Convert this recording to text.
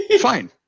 Fine